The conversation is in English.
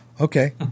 Okay